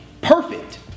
perfect